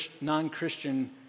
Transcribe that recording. non-Christian